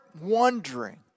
wondering